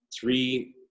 three